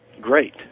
great